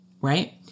right